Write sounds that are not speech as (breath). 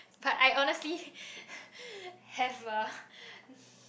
but I honestly (breath) have a (breath)